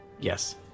Yes